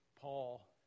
Paul